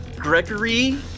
Gregory